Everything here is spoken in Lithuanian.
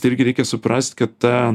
tai irgi reikia suprast kad ta